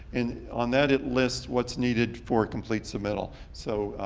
and on that, it lists what's needed for complete submittal. so,